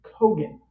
Kogan